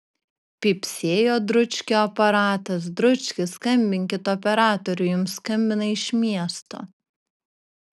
pypsėjo dručkio aparatas dručki skambinkit operatoriui jums skambina iš miesto